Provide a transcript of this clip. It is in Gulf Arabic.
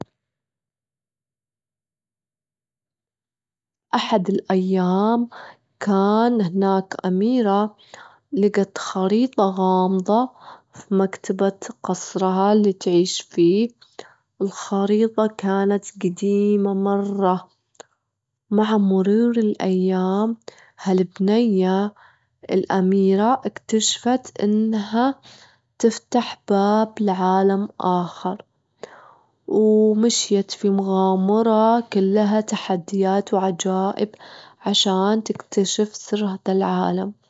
في أحد الأيام، كان هناك أميرة لجت خريطة غامضة في مكتبة قصرها اللي تعيش فيه، الخريطة كانت جديمة مرة، مع مرور الأيام ها البنية الأميرة اكتشفت إنها تفتح باب لعالم آخر، ومشيت في مغامرة كلها تحديا ت وعجائب عشان تكتشف سر هادة العالم.